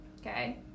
okay